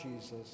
Jesus